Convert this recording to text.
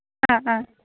ആ ആ